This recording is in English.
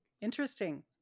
Interesting